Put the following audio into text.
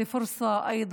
אני רוצה גם